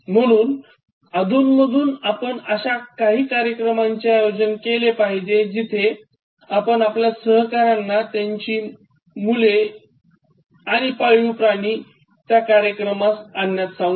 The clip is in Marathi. म्हणून अधूनमधून आपण अश्या काही कार्यक्रमांचे आयोजन केले पाहिजे जिथे आपण आपल्या सहकार्यांना त्यांची मुले आणि पाळीव प्राणी आणण्यास सांगा